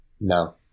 No